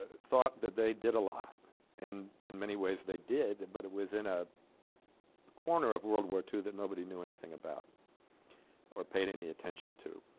ah thought that they did a lot and in many ways they did it but it was in a corner of world war two that nobody knew anything about or paid any attention to